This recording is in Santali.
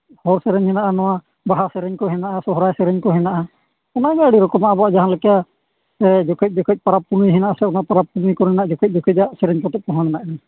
ᱦᱚᱲ ᱥᱮᱨᱮᱧ ᱦᱮᱱᱟᱜᱼᱟ ᱱᱚᱣᱟ ᱵᱟᱦᱟ ᱥᱮᱨᱮᱧᱠᱚ ᱦᱮᱱᱟᱜᱼᱟ ᱥᱚᱦᱚᱨᱟᱭ ᱥᱮᱨᱮᱧᱠᱚ ᱦᱮᱱᱟᱜᱼᱟ ᱦᱮᱱᱟᱜ ᱜᱮᱭᱟ ᱟᱹᱰᱤ ᱨᱚᱠᱚᱢᱟᱜ ᱟᱵᱚᱣᱟᱜ ᱡᱟᱦᱟᱸᱞᱮᱠᱟ ᱥᱮ ᱡᱚᱠᱷᱮᱡ ᱡᱚᱠᱷᱮᱡ ᱯᱚᱨᱚᱵᱽᱼᱯᱩᱱᱟᱹᱭ ᱦᱮᱱᱟᱜᱼᱟ ᱥᱮ ᱚᱱᱟ ᱯᱚᱨᱚᱵᱽ ᱠᱚᱨᱮᱱᱟᱜ ᱡᱚᱠᱷᱮᱡ ᱡᱚᱠᱷᱮᱡᱟᱜ ᱥᱮᱨᱮᱧ ᱯᱚᱛᱚᱵ ᱠᱚᱦᱚᱸ ᱢᱮᱱᱟᱜ ᱜᱮᱭᱟ